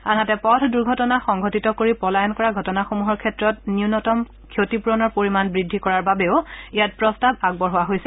আনহাতে পথ দুৰ্ঘটনা সংঘটিত কৰি পলায়ন কৰা ঘটনাসমূহৰ ক্ষেত্ৰত ন্যনতম ক্ষতিপূৰণৰ পৰিমাণ বুদ্ধি কৰাৰ বাবেও ইয়াত প্ৰস্তাৱ আগবঢ়োৱা হৈছে